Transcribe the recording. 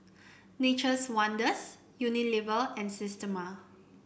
Nature's Wonders Unilever and Systema